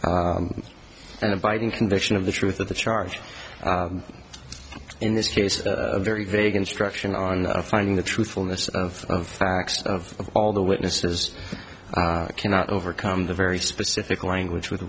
an abiding conviction of the truth of the charge in this case a very vague instruction on finding the truthfulness of facts of all the witnesses cannot overcome the very specific language with